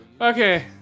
Okay